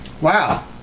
Wow